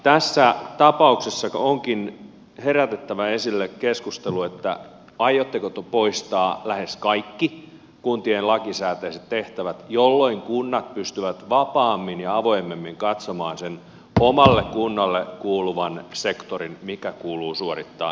tässä tapauksessa onkin herätettävä esille keskustelu että aiotteko te poistaa lähes kaikki kuntien lakisääteiset tehtävät jolloin kunnat pystyvät vapaammin ja avoimemmin katsomaan sen omalle kunnalle kuuluvan sektorin mikä kuuluu suorittaa